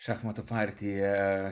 šachmatų partija